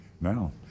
Now